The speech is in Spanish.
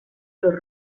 los